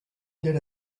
get